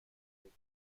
بود